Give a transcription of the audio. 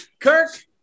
Kirk